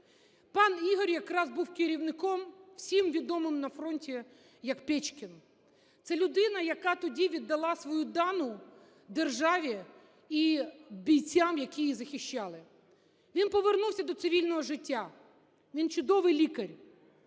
Пан Ігор якраз був керівником, всім відомим на фронті як "Пєчкін". Це людина, яка тоді віддала свою дану державі і бійцям, які її захищали. Він повернувся до цивільного життя, він чудовий лікар.